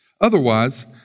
Otherwise